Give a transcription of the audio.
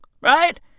Right